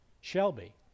Shelby